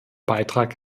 beitrag